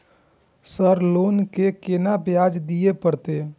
Sir loan के केना ब्याज दीये परतें?